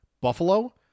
Buffalo